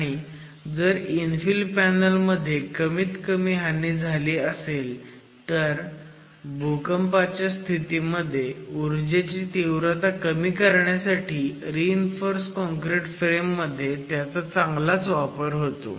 आणि जर infill panel मध्ये कमीत कमी हानी झाली असेल तर भूकंपाच्या स्थितीमध्ये ऊर्जेची तीव्रता कमी करण्यासाठी रीइन्फोर्स काँक्रिट फ्रेम मध्ये त्याचा चांगलाच वापर होतो